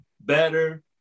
better